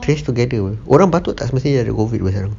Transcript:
place together apa orang batuk tak semestinya ada COVID